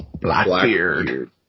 Blackbeard